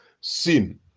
sin